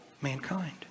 mankind